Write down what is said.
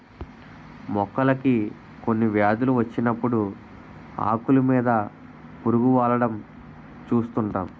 మొక్కలకి కొన్ని వ్యాధులు వచ్చినప్పుడు ఆకులు మీద పురుగు వాలడం చూస్తుంటాం